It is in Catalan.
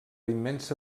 immensa